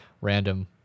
random